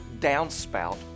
downspout